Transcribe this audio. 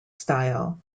style